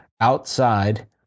outside